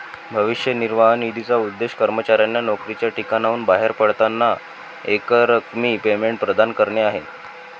भविष्य निर्वाह निधीचा उद्देश कर्मचाऱ्यांना नोकरीच्या ठिकाणाहून बाहेर पडताना एकरकमी पेमेंट प्रदान करणे आहे